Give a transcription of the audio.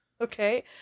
okay